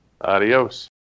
Adios